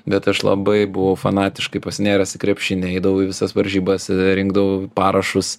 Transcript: bet aš labai buvo fanatiškai pasinėręs į krepšinį eidavau į visas varžybas rinkdavau parašus